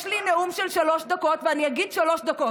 יש לי נאום של שלוש דקות, ואני אגיד שלוש דקות.